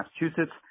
Massachusetts